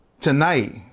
Tonight